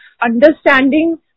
understanding